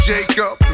Jacob